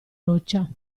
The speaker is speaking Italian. roccia